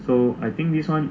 so I think this one